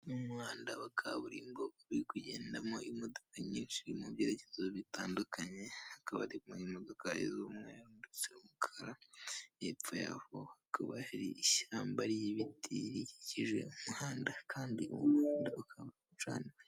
Umuhanda wa kaburimbo urimo kugendamo imodoka nyinshi mu byerekezo bitandukanye, hakaba harimo imodoka z'umweru ndetse n'umukara, hepfo yaho hakaba hari ishyamba ririho ibiti rikikije umuhanda, kandi umuhanda ukaba ucaniwe.